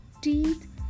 teeth